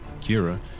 Kira